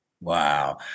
Wow